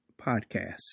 Podcast